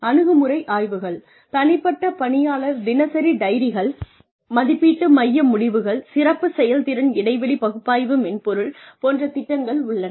அணுகுமுறை ஆய்வுகள் தனிப்பட்ட பணியாளர் தினசரிடைரிகள் மதிப்பீட்டு மைய முடிவுகள்சிறப்புச்செயல்திறன் இடைவெளி பகுப்பாய்வு மென்பொருள் போன்ற திட்டங்கள் உள்ளன